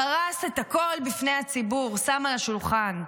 הוא פרס את הכול בפני הציבור, שם על השולחן.